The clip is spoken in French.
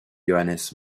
johannes